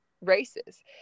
races